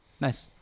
Nice